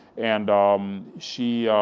and um she,